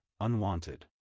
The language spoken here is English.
unwanted